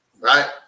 right